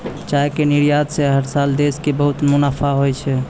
चाय के निर्यात स हर साल देश कॅ बहुत मुनाफा होय छै